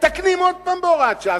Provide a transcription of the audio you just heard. מתקנים עוד פעם בהוראת שעה.